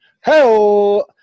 Hello